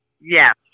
Yes